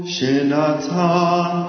Shenatan